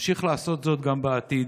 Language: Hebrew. אמשיך לעשות זאת גם בעתיד,